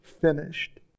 finished